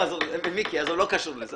מיקי, לא קשור לזה.